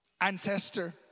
ancestor